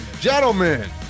Gentlemen